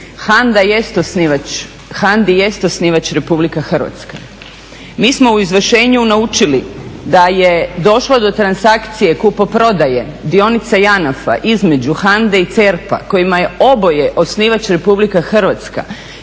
HANDA-i jest osnivač Republika Hrvatska. Mi smo u izvršenju naučili da je došlo do transakcije kupoprodaje dionica JANAF a između HANDA-e i CERP-a kojima je oboje osnivač Republika Hrvatska